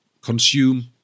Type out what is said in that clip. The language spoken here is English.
consume